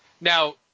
Now